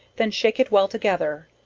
then shake it well together,